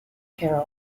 hair